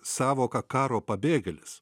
sąvoką karo pabėgėlis